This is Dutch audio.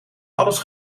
alles